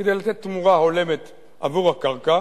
כדי לתת תמורה הולמת עבור הקרקע